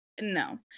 no